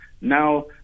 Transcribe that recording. Now